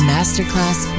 Masterclass